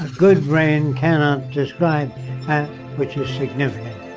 good brain cannot describe that which is significant.